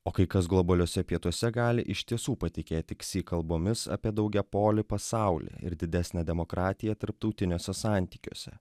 o kai kas globaliuose pietuose gali iš tiesų patikėti si kalbomis apie daugiapolį pasaulį ir didesnę demokratiją tarptautiniuose santykiuose